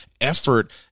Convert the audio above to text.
effort